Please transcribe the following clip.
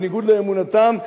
בניגוד לאמונתם?